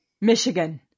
michigan